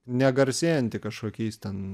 negarsėjanti kažkokiais ten